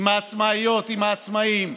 עם העצמאיות, עם העצמאים,